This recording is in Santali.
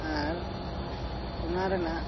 ᱟᱨ ᱚᱱᱟ ᱨᱮᱱᱟᱜ